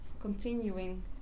continuing